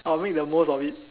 I'll make the most of it